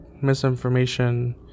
misinformation